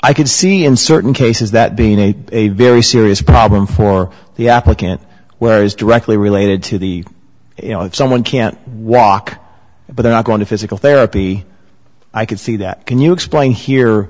could see in certain cases that being a very serious problem for the applicant where is directly related to the you know if someone can't walk but they're not going to physical therapy i can see that can you explain here